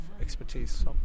expertise